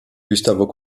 gustavo